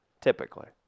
Typically